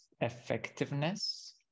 effectiveness